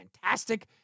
fantastic